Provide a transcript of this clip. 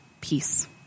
peace